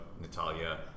Natalia